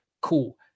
cool